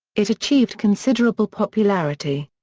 it achieved considerable popularity.